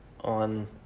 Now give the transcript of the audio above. on